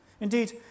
Indeed